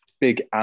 big